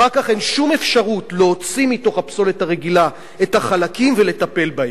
אחר כך אין שום אפשרות להוציא מתוך הפסולת הרגילה את החלקים ולטפל בהם.